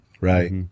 right